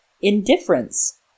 indifference